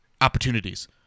opportunities